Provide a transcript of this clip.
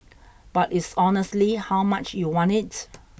but it's honestly how much you want it